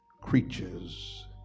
creatures